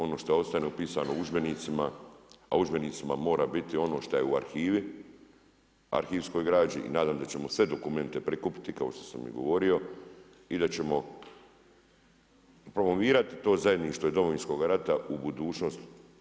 Ono što ostane upisano u udžbenicima, a u udžbenicima mora biti ono što je u arhivi, arhivskoj građi i nadam se da ćemo sve dokumente prikupiti kao što sam i govorio i da ćemo promovirati to zajedništvo i Domovinskoga rata u budućnost.